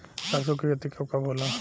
सरसों के खेती कब कब होला?